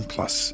Plus